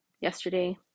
yesterday